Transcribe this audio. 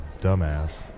dumbass